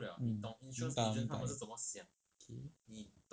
mm 明白我明白 okay